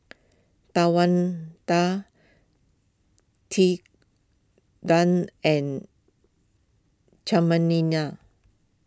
Tawanda Tilden and